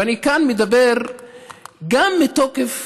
וכאן אני מדבר גם מתוקף